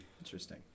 Interesting